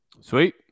Sweet